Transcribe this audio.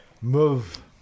Move